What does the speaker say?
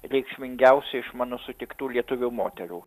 reikšmingiausia iš mano sutiktų lietuvių moterų